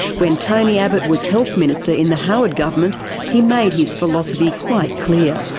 when tony abbott was health minister in the howard government he made his philosophy quite clear.